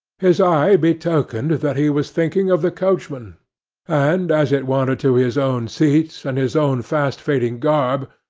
his eye betokened that he was thinking of the coachman and as it wandered to his own seat and his own fast-fading garb,